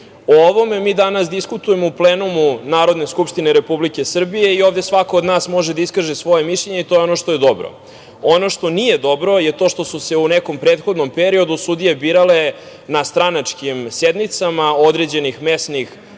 ovome mi danas diskutujemo u plenumu Narodne skupštine Republike Srbije i ovde svako od nas može da iskaže svoje mišljenje i to je ono što je dobro. Ono što nije dobro je to što su se u nekom prethodnom periodu sudije birale na stranačkim sednicama određenih mesnih